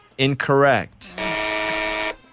Incorrect